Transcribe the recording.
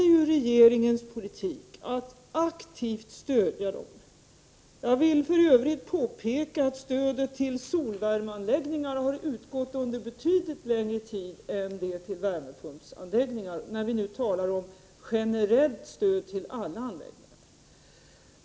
Jag vill för övrigt påpeka att stödet till solvärmeanläggningarna har utgått under betydligt längre tid än stödet till värmepumpsanläggningarna, när vi nu talar om generellt stöd till alla anläggningar.